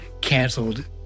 canceled